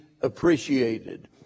appreciated